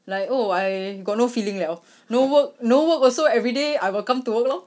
like oh I got no feeling liao no work no work also everyday I will come to work lor